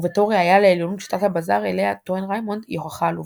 ובתור ראייה לעליונות שיטת הבזאר אליה טוען ריימונד היא הוכחה עלובה.